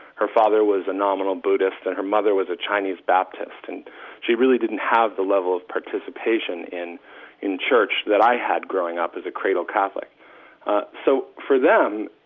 her father was a nominal buddhist. and her mother was a chinese baptist. and she really didn't have the level of participation in in church that i had growing up as a cradle catholic so for them,